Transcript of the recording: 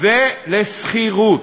לתת לחבר הכנסת זוהיר בהלול להסתייג ראשון,